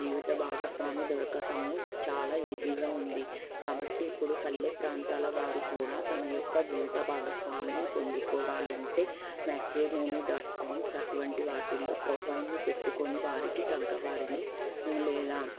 జీవిత భాగస్వామి దొరకడం చాలా ఈజీగా ఉంది కాబట్టి ఇప్పుడు పల్లె ప్రాంతాల వారు కూడా తన యొక్క జీవిత భాగస్వామిని పొందుకోవాలంటే మ్యాట్రిమోనీ డాట్ కామ్స్ అటువంటి వాటిల్లో ప్రొఫైల్ను పెట్టుకుని వారికి తగ్గవారిని లేదా